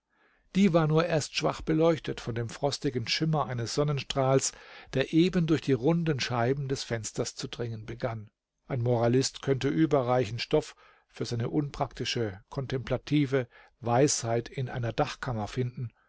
die war nur erst schwach beleuchtet von dem frostigen schimmer eines sonnenstrahls der eben durch die runden scheiben des fensters zu dringen begann ein moralist könnte überreichen stoff für seine unpraktische komtemplative weisheit in einer dachkammer finden